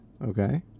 Okay